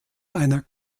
einer